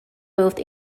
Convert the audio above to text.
both